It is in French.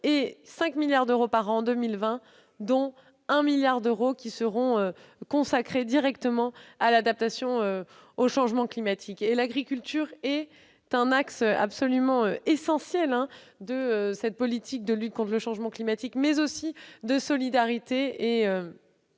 cinq milliards d'euros par an en 2020, dont un milliard d'euros seront consacrés directement à l'adaptation au changement climatique. L'agriculture est un axe absolument essentiel de la politique de lutte contre le changement climatique, mais aussi d'une politique